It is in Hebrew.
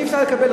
אי-אפשר לקבל,